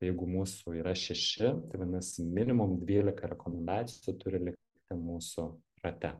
jeigu mūsų yra šeši tai vadinasi minimum dvylika rekomendacijų turi likti mūsų rate